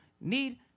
need